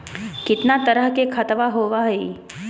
कितना तरह के खातवा होव हई?